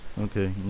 okay